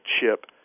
chip